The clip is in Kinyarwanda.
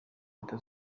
leta